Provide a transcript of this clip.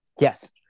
yes